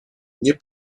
nie